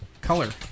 color